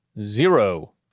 zero